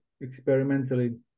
experimentally